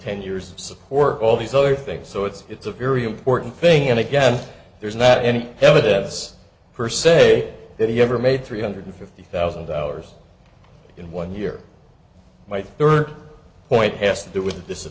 ten years support all these other things so it's it's a very important thing and again there's not any evidence per se that he ever made three hundred fifty thousand dollars in one year my third point has to do with this